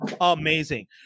amazing